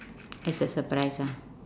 as a surprise ah